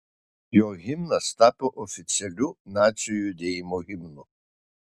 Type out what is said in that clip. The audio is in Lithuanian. jo himnas tapo oficialiu nacių judėjimo himnu